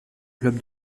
club